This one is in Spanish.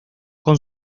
con